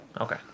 Okay